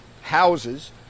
houses